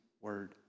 word